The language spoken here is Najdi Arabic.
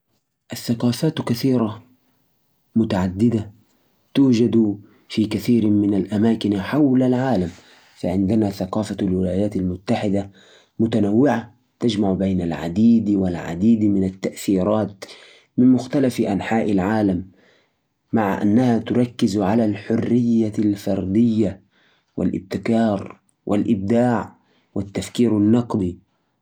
ثقافة الولايات المتحدة متنوعة وغنية بسبب تعدد الأصول العرقية والمهاجرين الموسيقى تلعب دور كبير مثل الجاز والروك والهيب هوب وكلها تعكس تجارب الناس كمان السينما الأمريكية لها تأثير عالمي هوليوود هي مركز الإنتاج